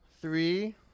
Three